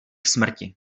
smrti